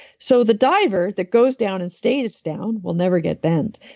so, the diver that goes down and stays down will never get bent,